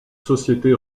société